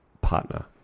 partner